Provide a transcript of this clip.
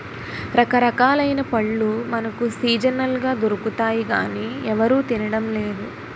రకరకాలైన పళ్ళు మనకు సీజనల్ గా దొరుకుతాయి గానీ ఎవరూ తినడం లేదు